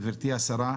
גברתי השרה,